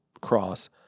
cross